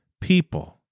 people